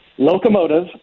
Locomotive